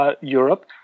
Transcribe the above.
Europe